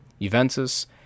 Juventus